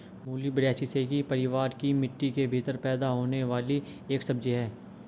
मूली ब्रैसिसेकी परिवार की मिट्टी के भीतर पैदा होने वाली एक सब्जी है